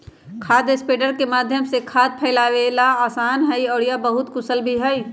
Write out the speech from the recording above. खाद स्प्रेडर के माध्यम से खाद फैलावे ला आसान हई और यह बहुत कुशल भी हई